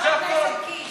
חבר הכנסת קיש,